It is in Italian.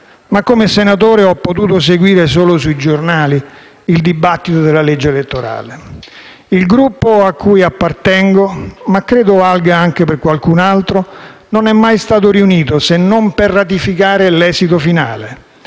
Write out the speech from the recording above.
Come senatore ho potuto seguire solo sui giornali il dibattito sulla legge elettorale. Il Gruppo a cui appartengo, ma credo valga anche per qualcun altro, non è mai stato riunito se non per ratificare l'esito finale;